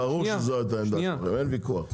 ברור שזאת העמדה שלכם, אין ויכוח.